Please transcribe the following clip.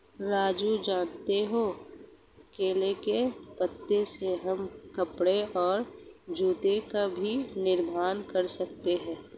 राजू जानते हो केले के पत्ते से हम कपड़े और जूते का भी निर्माण कर सकते हैं